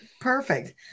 Perfect